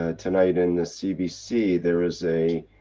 ah tonight in the cbc, there was a.